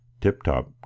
tip-top